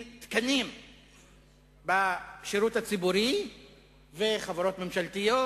תקנים בשירות הציבורי ובחברות הממשלתיות,